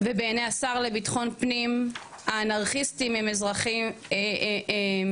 ובעייני השר לביטחון פנים האנרכיסטים הם אזרחים אוהבי